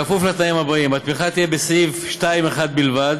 בכפוף לתנאים האלה: התמיכה תהיה בסעיף 2(1) בלבד,